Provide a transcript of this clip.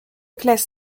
classe